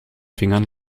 fingern